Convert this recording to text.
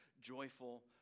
joyful